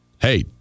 hey